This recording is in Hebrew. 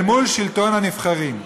אל מול שלטון הנבחרים.